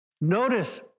Notice